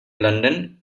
london